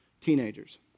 teenagers